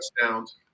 touchdowns